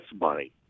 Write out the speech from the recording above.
money